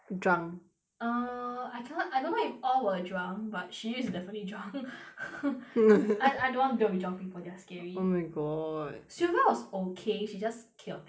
drunk err I cannot I don't know if all were drunk but she is definitely drunk I I don't want to deal with drunk people they're scary oh my god silvia was okay she's just chaotic